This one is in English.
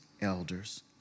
elders